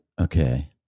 Okay